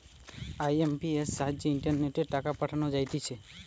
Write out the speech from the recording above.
IMPS সাহায্যে ইন্টারনেটে টাকা পাঠানো যাইতেছে